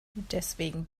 deswegen